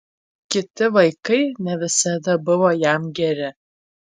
kiti vaikai ne visada buvo jam geri